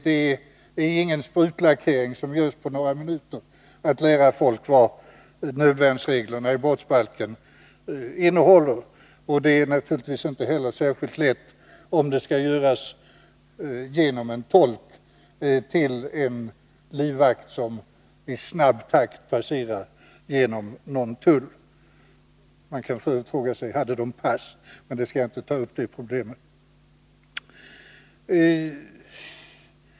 Det är ingen sprutlackering, som görs på några minuter, att lära folk vad nödvärnsreglerna i brottsbalken innehåller, och det är naturligtvis inte heller särskilt lätt att göra det genom en tolk till en livvakt som i snabb takt passerar genom någon tull. Man kan f. ö. fråga sig om de hade pass, men jag skall inte vidare ta upp det problemet.